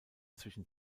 zwischen